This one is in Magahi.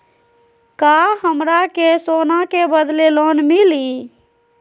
का हमरा के सोना के बदले लोन मिलि?